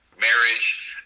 marriage